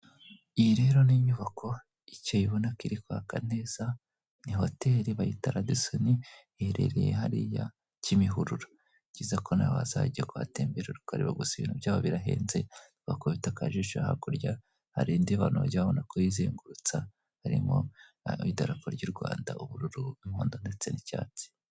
Iyi rero ni inyubako ikeye ubona ko iri kwaka neza, ni hoteli bayita radisoni iherereye hariya Kimihurura. Ni byiza ko nawe wazajya kuhatemberera ukareba gusa ibintu byaho birahenze, wakubita akajisho hakurya harindi abantu bajya babona ko yizengurutsa harimo idarapo ry'u Rwanda ubururu, umuhondo ndetse n'icyatsi.